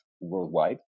worldwide